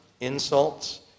insults